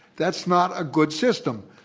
that's not a good system.